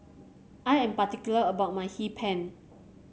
I am particular about my Hee Pan